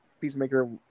Peacemaker